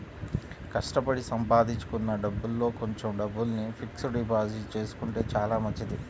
కష్టపడి సంపాదించుకున్న డబ్బుల్లో కొంచెం డబ్బుల్ని ఫిక్స్డ్ డిపాజిట్ చేసుకుంటే చానా మంచిది